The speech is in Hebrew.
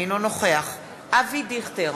אינו נוכח אבי דיכטר,